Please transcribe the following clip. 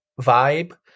vibe